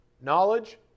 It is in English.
knowledge